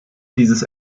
dieses